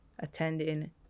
attending